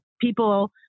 people